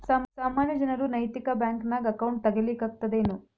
ಸಾಮಾನ್ಯ ಜನರು ನೈತಿಕ ಬ್ಯಾಂಕ್ನ್ಯಾಗ್ ಅಕೌಂಟ್ ತಗೇ ಲಿಕ್ಕಗ್ತದೇನು?